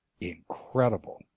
incredible